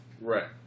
Right